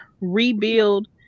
rebuild